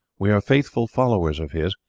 we are faithful followers of his.